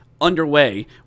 underway